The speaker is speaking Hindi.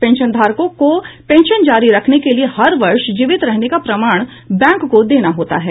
पेंशनधारकों को पेंशन जारी रखने के लिए हर वर्ष जीवित रहने का प्रमाण बैंक को देना होता है